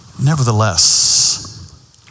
Nevertheless